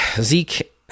Zeke